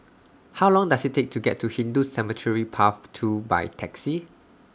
How Long Does IT Take to get to Hindu Cemetery Path two By Taxi